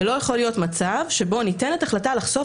ולא יכול להיות מצב שבו ניתנת החלטה לחשוף